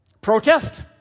protest